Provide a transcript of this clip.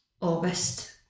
August